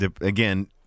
again